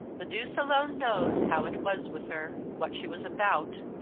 the deuce alone knows how it was with her, what she was about,